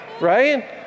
right